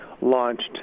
launched